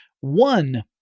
One